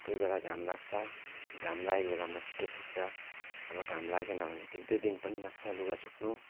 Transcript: कोही बेला घाम लाग्छ घाम लागेको बेलामा छिटो सुक्छ नभए घाम लागेन भने एक दुई दिन पनि लाग्छ लुगा सुक्नु